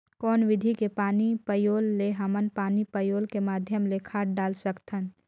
कौन विधि के पानी पलोय ले हमन पानी पलोय के माध्यम ले खाद डाल सकत हन?